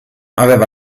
aveva